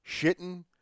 shitting